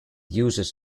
uses